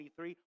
23